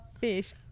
fish